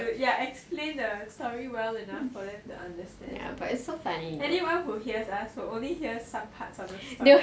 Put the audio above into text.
ya explain the story well enough for them to understand anyone that hears us will only hear some part of it